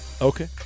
Okay